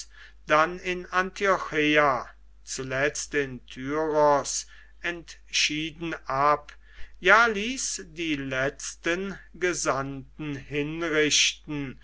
dann in antiocheia zuletzt in tyros entschieden ab ja ließ die letzten gesandten hinrichten